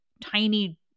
tiny